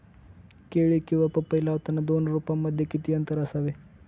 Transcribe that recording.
केळी किंवा पपई लावताना दोन रोपांमध्ये किती अंतर असावे?